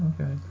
okay